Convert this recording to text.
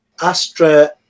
Astra